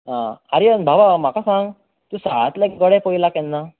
आं आर्यन बाबा म्हाका सांग तूं सालांतले गडे पयला केन्ना